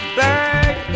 bird